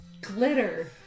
glitter